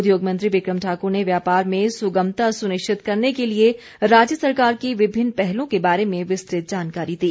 उद्योग मंत्री बिक्रम ठाकुर ने व्यापार में सुगमता सुनिश्चित करने के लिए राज्य सरकार की विभिन्न पहलों के बारे में विस्तृत जानकारी दी